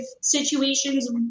situations